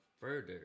further